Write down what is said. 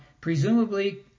presumably